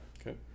okay